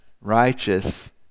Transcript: righteous